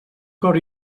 cor